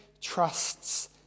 trusts